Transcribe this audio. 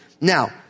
Now